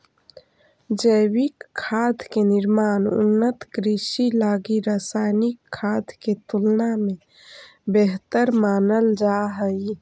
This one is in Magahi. जैविक खाद के निर्माण उन्नत कृषि लगी रासायनिक खाद के तुलना में बेहतर मानल जा हइ